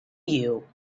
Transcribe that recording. you